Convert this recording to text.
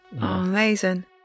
Amazing